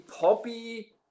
poppy